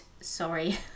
Sorry